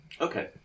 okay